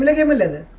like am eleven